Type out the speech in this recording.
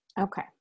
Okay